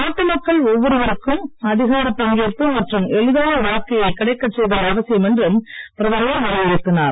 நாட்டு மக்கள் ஒவ்வொருவருக்கும் அதிகாரப் பங்கேற்பு மற்றும் எளிதான வாழ்க்கையை கிடைக்கச் செய்தல் அவசியம் என்று பிரதமர் வலியுறுத்தினார்